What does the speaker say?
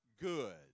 good